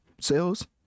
sales